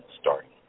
starting